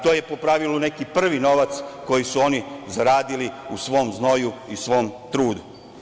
To je po pravilu neki prvi novac koji su oni zaradili u svom znoju i svom trudu.